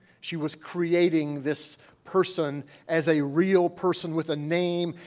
she was creating this person as a real person with a name,